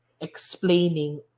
explaining